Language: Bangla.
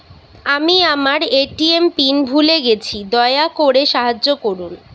আমি আমার এ.টি.এম পিন ভুলে গেছি, দয়া করে সাহায্য করুন